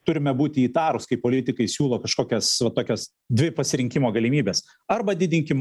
turime būti įtarūs kai politikai siūlo kažkokias va tokias dvi pasirinkimo galimybes arba didinkim